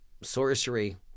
sorcery